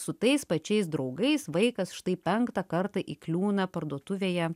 su tais pačiais draugais vaikas štai penktą kartą įkliūna parduotuvėje